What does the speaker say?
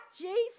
Jesus